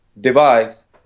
device